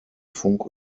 funk